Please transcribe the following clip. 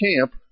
camp